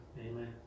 Amen